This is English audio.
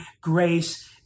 grace